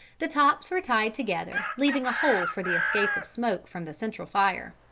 the tops were tied together, leaving a hole for the escape of smoke from the central fire.